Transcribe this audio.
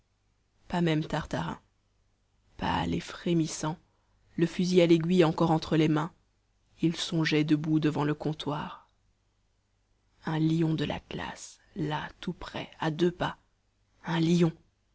pas même tartarin pâle et frémissant le fusil à aiguille encore entre les mains il songeait debout devant le comptoir un lion de l'atlas là tout près à deux pas un lion